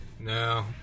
No